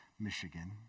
Michigan